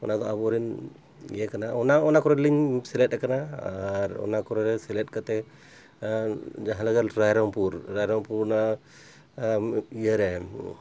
ᱚᱱᱟᱫᱚ ᱟᱵᱚᱨᱮᱱ ᱤᱭᱟᱹ ᱠᱟᱱᱟ ᱚᱱᱟ ᱚᱱᱟ ᱠᱚᱨᱮᱞᱤᱧ ᱥᱮᱞᱮᱫ ᱟᱠᱟᱱᱟ ᱟᱨ ᱚᱱᱟ ᱠᱚᱨᱮ ᱥᱮᱞᱮᱫ ᱠᱟᱛᱮᱫ ᱡᱟᱦᱟᱸ ᱞᱮᱠᱟ ᱨᱟᱭᱨᱚᱝᱯᱩᱨ ᱨᱟᱭᱨᱚᱢᱯᱩᱨ ᱚᱱᱟ ᱤᱭᱟᱹᱨᱮ